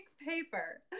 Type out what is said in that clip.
paper